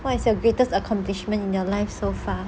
what is your greatest accomplishment in your life so far